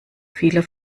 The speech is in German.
vieler